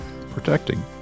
protecting